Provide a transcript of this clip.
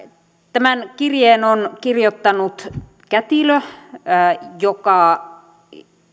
tämän kirjeen on kirjoittanut kätilö joka